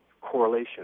correlation